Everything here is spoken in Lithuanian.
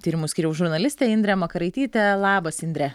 tyrimų skyriaus žurnalistė indrė makaraitytė labas indre